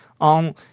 on